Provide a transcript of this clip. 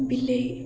ବିଲେଇ